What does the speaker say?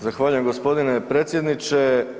Zahvaljujem gospodine predsjedniče.